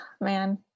man